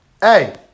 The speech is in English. Hey